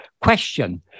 question